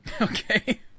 Okay